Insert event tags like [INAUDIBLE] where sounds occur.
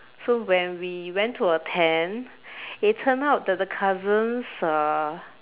so when we went to attend [BREATH] it turn out that the cousin's uh